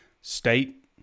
State